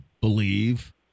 believe